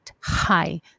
High